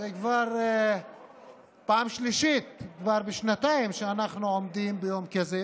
זו כבר פעם שלישית בשנתיים שאנחנו עומדים ביום כזה.